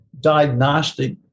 diagnostic